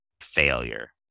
failure